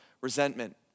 resentment